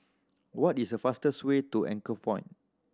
what is the fastest way to Anchorpoint